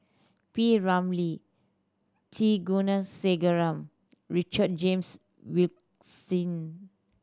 P Ramlee T Kulasekaram Richard James Wilkinson